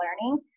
learning